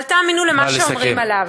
אל תאמינו למה שאומרים עליו.